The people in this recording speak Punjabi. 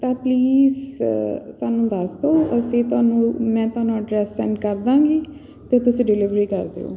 ਤਾਂ ਪਲੀਸ ਸਾਨੂੰ ਦੱਸ ਦਿਉ ਅਸੀਂ ਤੁਹਾਨੂੰ ਮੈਂ ਤੁਹਾਨੂੰ ਅਡਰੈੱਸ ਸੈਂਡ ਕਰ ਦਾਂਗੀ ਅਤੇ ਤੁਸੀਂ ਡਿਲਵਰੀ ਕਰ ਦਿਉ